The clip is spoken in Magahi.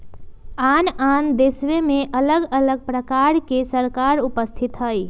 आन आन देशमें अलग अलग प्रकार के सरकार उपस्थित हइ